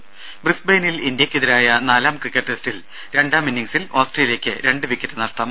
ത ബ്രിസ്ബെയിനിൽ ഇന്ത്യക്കെതിരായ നാലാം ക്രിക്കറ്റ് ടെസ്റ്റിൽ രണ്ടാം ഇന്നിങ്ങ്സിൽ ഓസ്ട്രേലിയക്ക് നാല് വിക്കറ്റ് നഷ്ടം